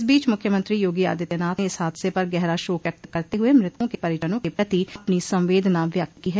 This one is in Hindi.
इस बीच मुख्यमंत्री योगी आदित्यनाथ ने इस हादसे पर गहरा शोक व्यक्त करते हुए मृतकों के परिजनों के प्रति अपनी संवेदना व्यक्त की है